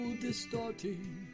distorting